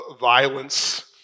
violence